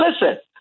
listen